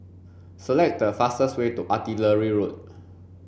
select the fastest way to Artillery Road